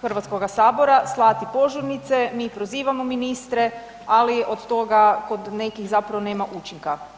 Hrvatskoga sabora slati požurnice, mi pozivamo ministre, ali od toga kod nekih zapravo nema učinka.